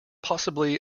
possibly